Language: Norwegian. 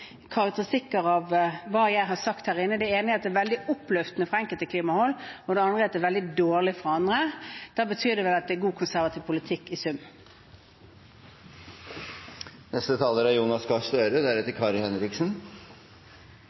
karakteristikker av hva jeg har sagt her inne. Den ene, fra enkelte klimahold, er at det er veldig oppløftende, og den andre, fra andre hold, er at det er veldig dårlig. Da betyr det vel at det er god, konservativ politikk i sum.